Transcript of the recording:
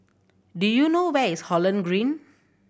do you know where is Holland Green